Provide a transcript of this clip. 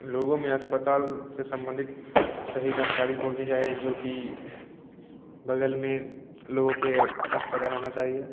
लोगों में अस्पताल से संबंधित सही जानकारी पहुँचनी चाहिए जो कि बग़ल में लोगों के अस्पताल होना चाहिए